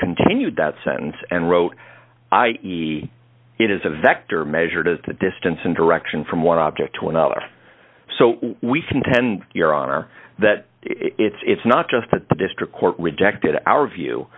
continued that sentence and wrote i see it as a vector measured as the distance and direction from one object to another so we contend your honor that it's not just that the district court rejected our view